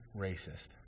racist